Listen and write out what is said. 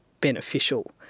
beneficial